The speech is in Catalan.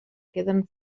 queden